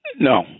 No